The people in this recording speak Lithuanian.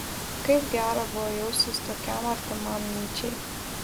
kaip gera buvo jaustis tokiam artimam nyčei